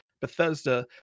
Bethesda